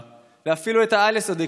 ואפילו את העל-יסודי,